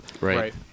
Right